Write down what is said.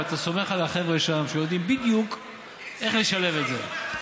ואתה סומך על החבר'ה שם שיודעים בדיוק איך לשלב את זה.